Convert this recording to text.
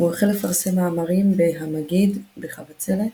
והוא החל לפרסם מאמרים ב"המגיד", ב"חבצלת",